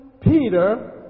Peter